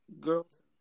girls